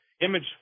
image